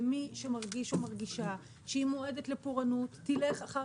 ומי שמרגיש או מרגישה שהיא מועדת לפורענות תלך אחר